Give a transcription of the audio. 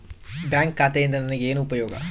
Bank ಖಾತೆಯಿಂದ ನನಗೆ ಏನು ಉಪಯೋಗ?